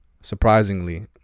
surprisingly